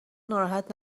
ناراحت